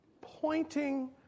pointing